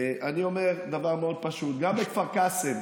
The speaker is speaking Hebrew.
אני אומר דבר מאוד פשוט: גם בכפר קאסם